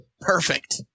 Perfect